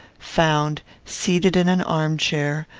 found, seated in an arm-chair,